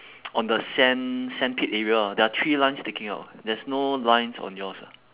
on the sand~ sandpit area lah there are three lines sticking out there's no lines on yours ah